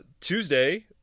Tuesday